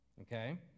Okay